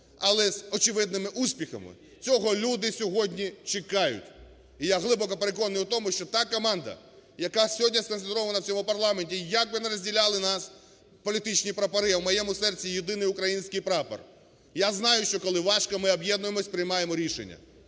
але з очевидними успіхами. Цього люди сьогодні чекають. І я глибоко переконаний у тому, що та команда, яка сьогодні сконцентрована в цьому парламенті, як би не розділяли нас політичні прапори, а в моєму серці єдиний український прапор, я знаю, що коли важко, ми об'єднуємося, приймаємо рішення.